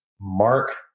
Mark